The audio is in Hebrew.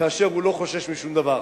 כאשר הוא לא חושש משום דבר.